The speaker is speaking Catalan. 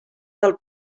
del